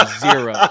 zero